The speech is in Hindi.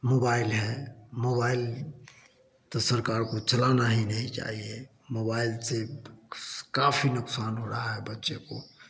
मोबाइल है मोबाइल तो सरकार को चलाना ही नहीं चाहिए मोबाइल से काफ़ी नुकसान हो रहा है बच्चे को